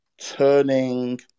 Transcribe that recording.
turning